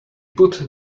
put